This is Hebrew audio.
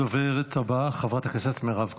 הדוברת הבא, חברת הכנסת מירב כהן.